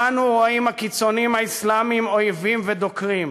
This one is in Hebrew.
בנו רואים הקיצונים האסלאמים אויבים ודוקרים.